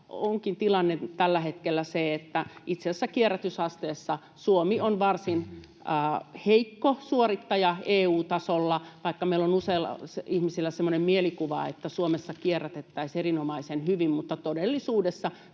onkin tilanne tällä hetkellä se, että itse asiassa kierrätysasteessa Suomi on varsin heikko suorittaja EU-tasolla, vaikka meillä on useilla ihmisillä semmoinen mielikuva, että Suomessa kierrätettäisiin erinomaisen hyvin. Todellisuudessa